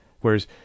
Whereas